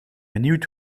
benieuwd